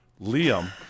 Liam